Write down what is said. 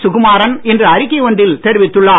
சுகுமாறன் இன்று அறிக்கை ஒன்றில் தெரிவித்துள்ளார்